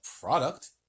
product